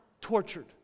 tortured